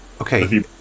Okay